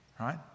right